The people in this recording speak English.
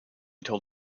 told